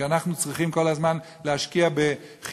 כי אנחנו צריכים כל הזמן להשקיע בחינוך,